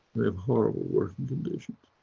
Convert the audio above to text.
they have horrible working conditions.